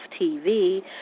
TV